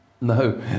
No